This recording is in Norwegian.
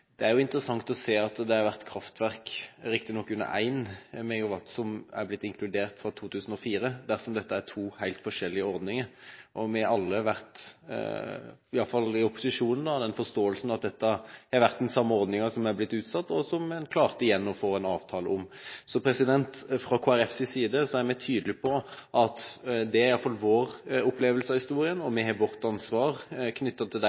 det jo er interessant å se at det har vært kraftverk – riktignok under 1 MW – som er blitt inkludert fra 2004 dersom dette er to helt forskjellige ordninger. Vi har alle – iallfall i opposisjonen – vært av den forståelsen at dette har vært den samme ordningen som er blitt utsatt, og som en igjen klarte å få en avtale om. Fra Kristelig Folkepartis side er vi tydelige på at det i hvert fall er vår opplevelse av historien, og vi har vårt ansvar knyttet til